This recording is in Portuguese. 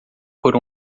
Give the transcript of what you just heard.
por